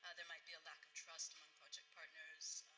ah there might be a lack of trust among project partners.